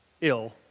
ill